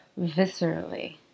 viscerally